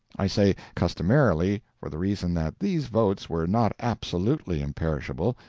i say customarily for the reason that these votes were not absolutely imperishable,